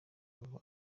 vuba